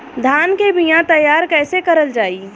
धान के बीया तैयार कैसे करल जाई?